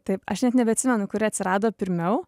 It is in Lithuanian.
taip aš net nebeatsimenu kuri atsirado pirmiau